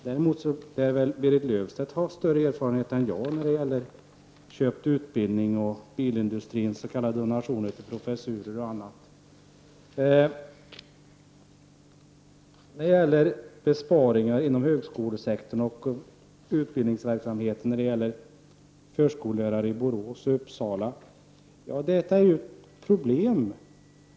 Däremot lär väl Berit Löfstedt ha större erfarenheter än jag när det gäller köpt utbildning och bilindustrins s.k. donationer till professurer och annat. förskolelärare i Borås och Uppsala är naturligtvis ett problem.